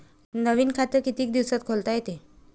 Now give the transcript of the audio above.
नवीन खात कितीक दिसात खोलता येते?